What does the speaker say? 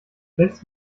selbst